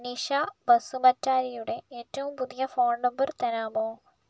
നിഷ ബസുബറ്റാരിയുടെ ഏറ്റവും പുതിയ ഫോൺ നമ്പർ തരാമോ